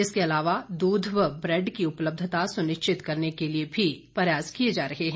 इसके अलावा दूध व ब्रैड की उपलब्धता सुनिश्चित करने के भी प्रयास किए जा रहे हैं